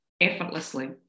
effortlessly